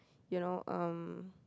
you know erm